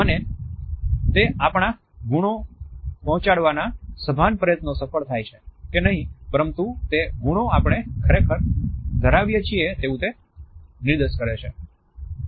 અને તે આપણા ગુણો પહોંચાડવાના સભાન પ્રયત્નો સફળ થાય કે નહિ પરંતુ તે ગુણો આપણે ખરેખર ધરાવીએ છીએ તેવું તે નિર્દેશ કરે છે